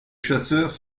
chasseurs